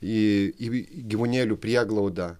į gyvūnėlių prieglaudą